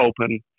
open